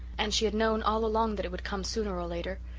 and she had known all along that it would come sooner or later.